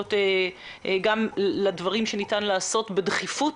התייחסויות לדברים שניתן לעשות בדחיפות